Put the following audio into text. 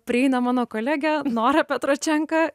prieina mano kolegė nora petračenka